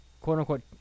quote-unquote